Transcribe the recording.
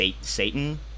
Satan